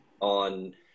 on